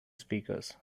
speakers